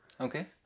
Okay